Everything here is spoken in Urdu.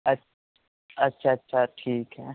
اچ اچھا اچھا ٹھیک ہے